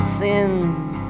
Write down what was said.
sins